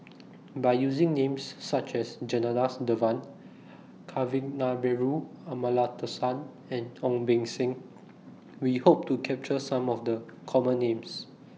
By using Names such as Janadas Devan Kavignareru Amallathasan and Ong Beng Seng We Hope to capture Some of The Common Names